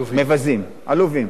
מבזים, עלובים.